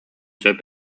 сөп